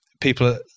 people